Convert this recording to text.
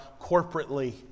corporately